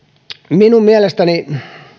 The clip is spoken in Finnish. minun mielestäni